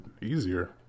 easier